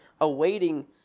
awaiting